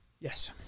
Yes